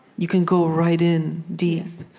you can go right in, deep.